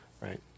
Right